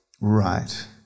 Right